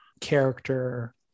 character